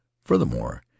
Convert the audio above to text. Furthermore